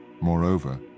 Moreover